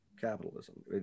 capitalism